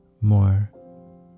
more